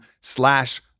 slash